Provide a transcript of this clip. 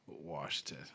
Washington